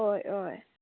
हय हय